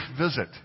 visit